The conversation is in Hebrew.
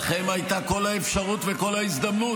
לכם הייתה כל האפשרות וכל ההזדמנות,